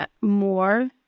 more